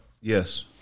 Yes